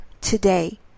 today